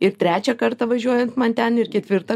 ir trečią kartą važiuojant man ten ir ketvirtą